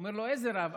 אומר לו: איזה רב?